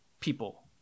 people